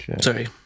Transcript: Sorry